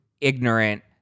ignorant